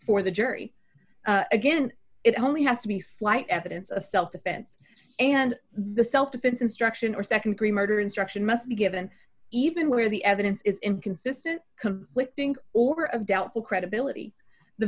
for the jury again it only has to be slight evidence of self defense and the self defense instruction or nd degree murder instruction must be given even where the evidence is inconsistent conflicting or of doubtful credibility the